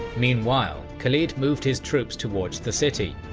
meanwhile, khalid moved his troops towards the city,